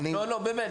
באמת,